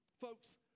Folks